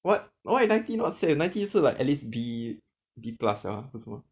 what why ninety not safe ninety 是 like at least B B plus ah 不是 meh